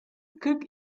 kırk